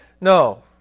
No